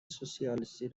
سوسیالیستی